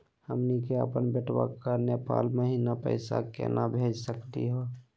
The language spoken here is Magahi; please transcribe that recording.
हमनी के अपन बेटवा क नेपाल महिना पैसवा केना भेज सकली हे?